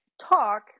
talk